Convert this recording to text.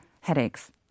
headaches